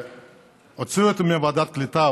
הוציאו אותי מוועדת קליטה,